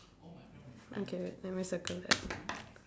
okay let me circle that